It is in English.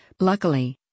Luckily